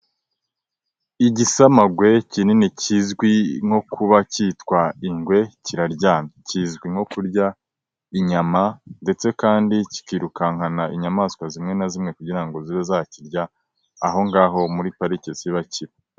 Igisamagwe kinini kizwi nko kuba cyitwa ingwe ,kiraryamye kizwi nko kurya inyama ndetse kandi kikirukankana inyamaswa zimwe na zimwe kugira ngo zibe zakirya, aho ngaho muri pariki ziba kimwe.